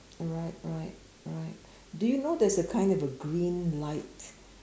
right right right do you know there is a kind of green light